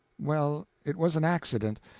well, it was an accident.